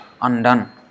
undone